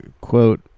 quote